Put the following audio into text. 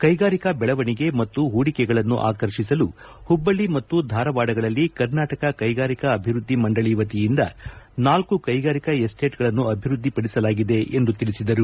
ಕೈಗಾರಿಕಾ ಬೆಳವಣಿಗೆ ಮತ್ತು ಪೂಡಿಕೆಗಳನ್ನು ಆಕರ್ಷಿಸಲು ಹುಬ್ಬಳ್ಳಿ ಮತ್ತು ಧಾರವಾಡಗಳಲ್ಲಿ ಕರ್ನಾಟಕ ಕೈಗಾರಿಕಾ ಅಭಿವೃದ್ಧಿ ಮಂಡಳಿ ವತಿಯಿಂದ ನಾಲ್ಕು ಕೈಗಾರಿಕಾ ಎಸ್ಸೇಟ್ಗಳನ್ನು ಅಭಿವೃದ್ಧಿಪಡಿಸಲಾಗಿದೆ ಎಂದು ತಿಳಿಸಿದರು